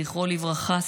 זכרו לברכה,